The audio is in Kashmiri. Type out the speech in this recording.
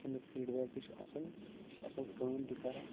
اَمیُک فیٖڈ بیک تہِ چھُ اَصٕل یہِ چھُ اَصٕل کٲم تہِ کران